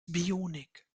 bionik